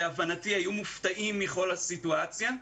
להבנתי, היו מופתעים מכל הסיטואציה.